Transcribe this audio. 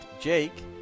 Jake